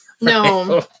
No